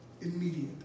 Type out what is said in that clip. Immediate